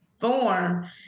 form